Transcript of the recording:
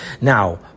Now